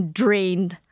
drained